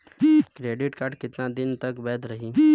Credit card कितना दिन तक वैध रही?